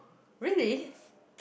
really